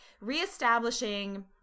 reestablishing